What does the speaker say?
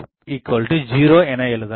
f 0 என எழுதலாம்